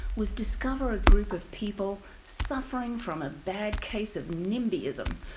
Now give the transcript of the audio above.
was discover a group of people suffering from a bad case of nimbyism,